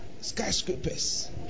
skyscrapers